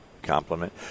compliment